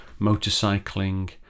motorcycling